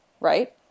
right